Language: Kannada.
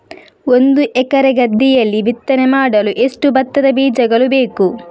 ಒಂದು ಎಕರೆ ಗದ್ದೆಯಲ್ಲಿ ಬಿತ್ತನೆ ಮಾಡಲು ಎಷ್ಟು ಭತ್ತದ ಬೀಜಗಳು ಬೇಕು?